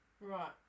Right